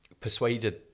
persuaded